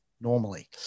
normally